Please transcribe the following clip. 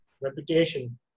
reputation